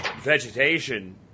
vegetation